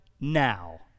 now